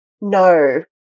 No